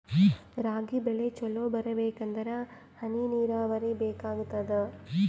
ರಾಗಿ ಬೆಳಿ ಚಲೋ ಬರಬೇಕಂದರ ಹನಿ ನೀರಾವರಿ ಬೇಕಾಗತದ?